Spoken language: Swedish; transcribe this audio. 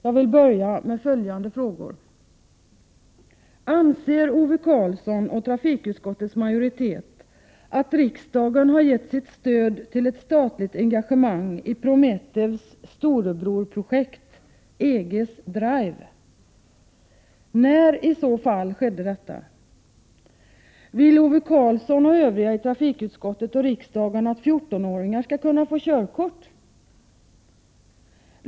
Jag vill börja med följande frågor: Anser Ove Karlsson och trafikutskottets majoritet att riksdagen har gett sitt stöd till ett statligt engagemang i Prometheus storebrorsprojekt, EG:s Drive? När, i så fall, skedde detta?